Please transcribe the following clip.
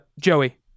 Joey